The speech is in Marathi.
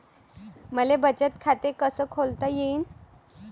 मले बचत खाते कसं खोलता येईन?